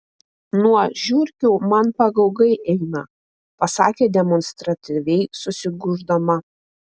nuo žiurkių man pagaugai eina pasakė demonstratyviai susigūždama